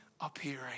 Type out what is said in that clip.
appearing